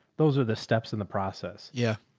those are the steps in the process. yeah.